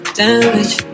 damage